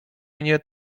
mnie